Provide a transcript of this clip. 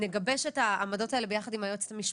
נגבש את העמדות האלה ביחד עם היועצת המשפטית,